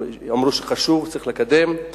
כי אמרו שזה חשוב וצריך לקדם את זה.